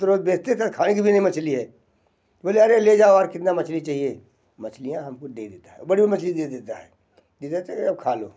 तुरंत देखते थे खाने के लिए मछली है बोले अरे ले जाओ और कितना मछली चाहिए मछलियाँ हमको दे देता है ओ बड़ी मछली दे देता है दे देता है कहे रा अब खा लो